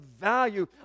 value